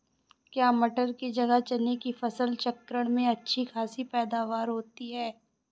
क्या मटर की जगह चने की फसल चक्रण में अच्छी खासी पैदावार होती है?